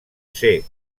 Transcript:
ser